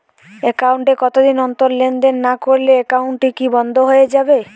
Account এ কতদিন অন্তর লেনদেন না করলে একাউন্টটি কি বন্ধ হয়ে যাবে?